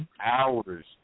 hours